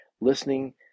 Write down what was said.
listening